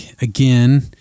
again